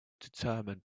determined